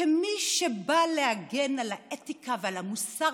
כמי שגדלה שנים וראתה לא רק את הקיפוח ואת הגזענות